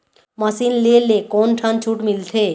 Machine ले ले कोन ठन छूट मिलथे?